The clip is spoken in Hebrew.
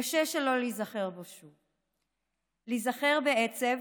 קשה שלא להיזכר בו שוב, להיזכר בעצב,